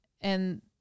and-